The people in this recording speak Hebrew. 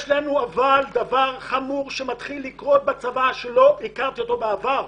יש דבר חמור שמתחיל לקרות בצבא ולא היה בעבר,